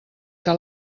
que